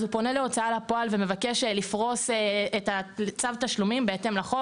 אז הוא פונה להוצאה לפועל ומבקש לפרוס צו תשלומים בהתאם לחוק,